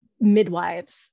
midwives